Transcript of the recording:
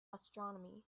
astronomy